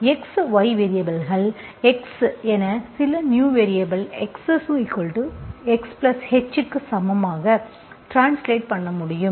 X y வேரியபல்கள் x என சில நியூ வேரியபல் xXh க்கு சமமாக ட்ரான்ஸ்லேட் பண்ண முடியும்